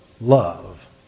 love